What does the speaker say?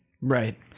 Right